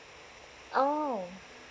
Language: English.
oh